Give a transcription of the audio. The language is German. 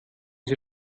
sie